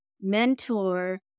mentor